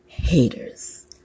haters